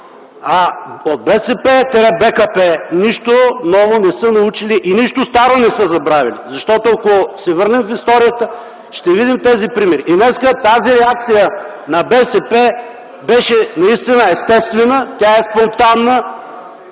от БСП-БКП нищо ново не са научили и нищо старо не са забравили. Защото, ако се върнем в историята, ще видим тези примери. И днес тази реакция на БСП беше наистина естествена. Тя е спонтанна,